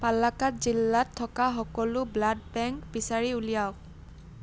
পালাক্কাদ জিলাত থকা সকলো ব্লাড বেংক বিচাৰি উলিয়াওক